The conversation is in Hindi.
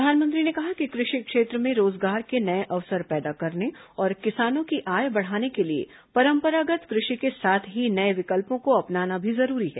प्रधानमंत्री ने कहा कि कृषि क्षेत्र में रोजगार के नये अवसर पैदा करने और किसानों की आय बढ़ाने के लिए परंपरागत कृषि के साथ ही नये विकल्पों को अपनाना भी जरूरी है